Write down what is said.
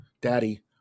Daddy